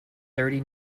thirty